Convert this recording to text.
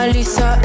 Lisa